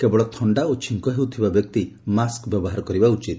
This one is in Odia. କେବଳ ଥଣା ଓ ଛିଙ୍କ ହେଉଥିବା ବ୍ୟକ୍ତି ମାସ୍କ ବ୍ୟବହାର କରିବା ଉଚିତ